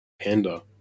Panda